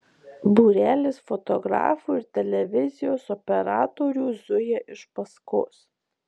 būrelis fotografų ir televizijos operatorių zuja iš paskos